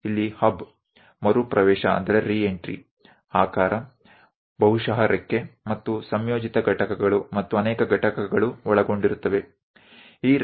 અહીં આ hub hub ફરીથી પ્રવેશ આકાર કદાચ પાંખો અને સંકલિત ઘટકો અને ઘણા ઘટકો રોકેટની રચનામા સામેલ હશે